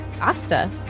Asta